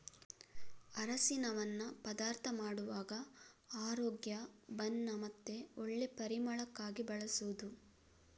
ಅರಸಿನವನ್ನ ಪದಾರ್ಥ ಮಾಡುವಾಗ ಆರೋಗ್ಯ, ಬಣ್ಣ ಮತ್ತೆ ಒಳ್ಳೆ ಪರಿಮಳಕ್ಕಾಗಿ ಬಳಸುದು